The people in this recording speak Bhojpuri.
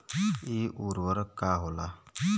इ उर्वरक का होला?